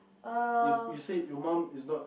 if you said your mum is not